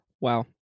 Wow